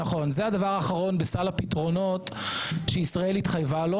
זה הדבר האחרון בסל הפתרונות שישראל התחייבה לו.